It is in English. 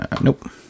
Nope